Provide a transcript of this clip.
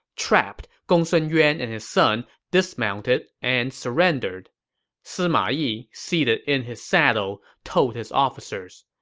trapped, gongsun yuan and his son dismounted and surrendered sima yi, seated in his saddle, told his officers,